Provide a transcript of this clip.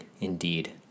indeed